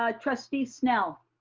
ah trustee snell.